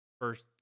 First